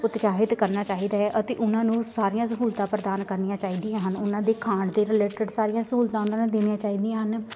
ਉਤਸ਼ਾਹਿਤ ਕਰਨਾ ਚਾਹੀਦਾ ਹੈ ਅਤੇ ਉਹਨਾਂ ਨੂੰ ਸਾਰੀਆਂ ਸਹੂਲਤਾਂ ਪ੍ਰਦਾਨ ਕਰਨੀਆਂ ਚਾਹੀਦੀਆਂ ਹਨ ਉਹਨਾਂ ਦੇ ਖਾਣ ਦੇ ਰਿਲੇਟਿਡ ਸਾਰੀਆਂ ਸਹੂਲਤਾਂ ਉਹਨਾਂ ਨੂੰ ਦੇਣੀਆਂ ਚਾਹੀਦੀਆਂ ਹਨ